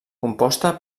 composta